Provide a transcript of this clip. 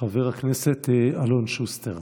חבר הכנסת אלון שוסטר,